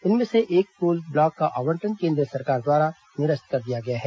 इनमें से एक कोल ब्लॉक का आवंटन केन्द्र सरकार द्वारा निरस्त कर दिया गया है